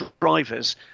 drivers